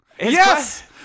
Yes